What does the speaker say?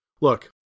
Look